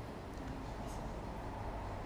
拜二拜三